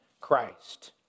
Christ